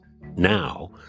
now